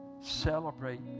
celebrate